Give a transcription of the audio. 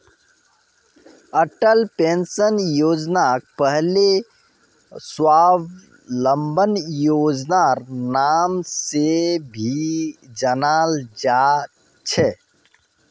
Atal pension योजनाक पहले स्वाबलंबन योजनार नाम से भी जाना जा छे